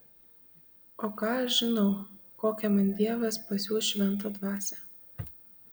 o ką aš žinau kokią man dievas pasiųs šventą dvasią